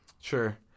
Sure